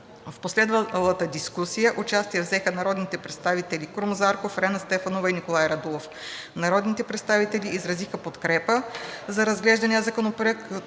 В последвалата дискусия участие взеха народните представители Крум Зарков, Рена Стефанова и Николай Радулов. Народните представители изразиха подкрепа за разглеждания законопроект,